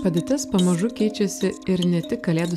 padėtis pamažu keičiasi ir ne tik kalėdų